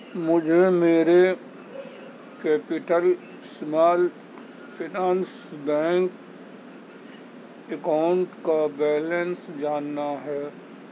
مجھے میرے capital small finance bank account کا بیلنس جاننا ہے